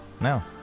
No